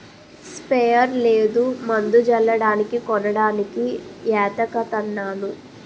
sprayer లేదు మందు జల్లడానికి కొనడానికి ఏతకతన్నాను